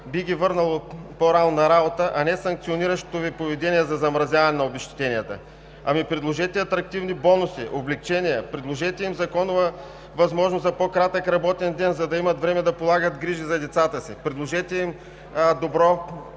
би ги върнало по-рано на работа, а не санкциониращото Ви поведение за замразяване на обезщетенията. Предложете атрактивни бонуси, облекчения, предложете им законова възможност за по-кратък работен ден, за да имат време да полагат грижи за децата си, предложете им добро